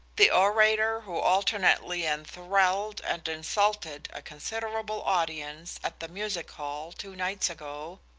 the orator who alternately enthralled and insulted a considerable audience at the music hall, two nights ago,